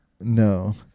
No